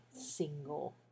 single